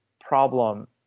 problem